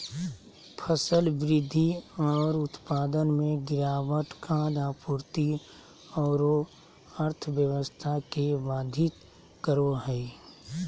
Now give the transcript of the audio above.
फसल वृद्धि और उत्पादन में गिरावट खाद्य आपूर्ति औरो अर्थव्यवस्था के बाधित करो हइ